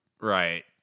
Right